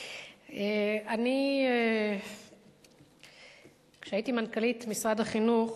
חבר, כשהייתי מנכ"לית משרד החינוך